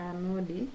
Anodi